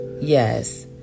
yes